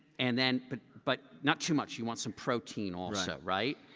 and and but but not too much. you want some protein also, right?